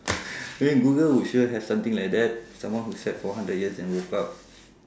then google would sure have something like that someone who slept for hundred years and woke up